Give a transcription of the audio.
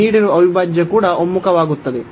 ನೀಡಿರುವ ಅವಿಭಾಜ್ಯ ಕೂಡ ಒಮ್ಮುಖವಾಗುತ್ತದೆ